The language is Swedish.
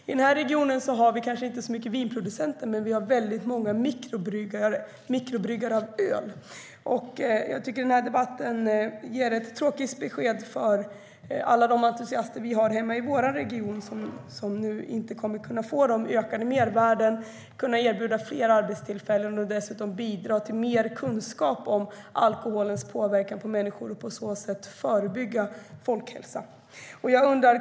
I den här regionen finns inte så många vinproducenter, men det finns många mikrobryggerier av öl. Den här debatten ger ett tråkigt besked för alla de entusiaster som finns i vår region som nu inte får ökade mervärden i form av fler arbetstillfällen och inte kan bidra till mer kunskap om alkoholens påverkan på människor och på sätt förebygga folkhälsoproblem.